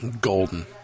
Golden